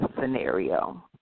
scenario